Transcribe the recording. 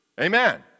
Amen